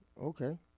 Okay